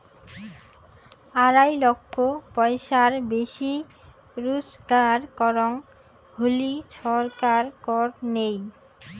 আড়াই লক্ষ পয়সার বেশি রুজগার করং হলি ছরকার কর নেই